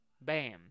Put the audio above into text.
bam